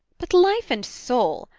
but, life and soul!